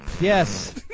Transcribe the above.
Yes